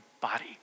body